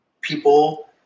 people